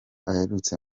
aherutse